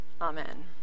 Amen